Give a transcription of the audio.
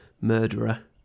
murderer